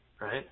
Right